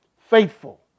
Faithful